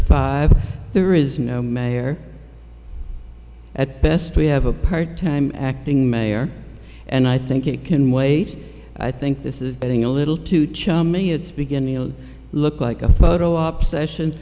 five there is no mayor at best we have a part time acting mayor and i think it can wait i think this is getting a little too chummy it's beginning to look like a photo op session